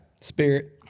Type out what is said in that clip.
Spirit